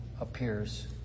appears